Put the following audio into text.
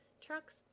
Trucks